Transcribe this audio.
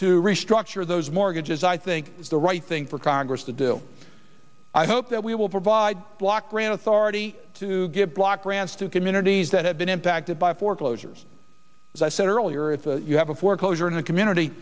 to restructure those mortgages i think is the right thing for congress to do i hope that we will provide block grant authority to give block grants to communities that have been impacted by foreclosures as i said earlier it's you have a foreclosure in the community